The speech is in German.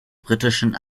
britischen